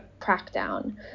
crackdown